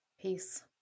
Peace